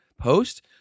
post